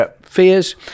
fears